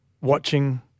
watching